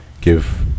give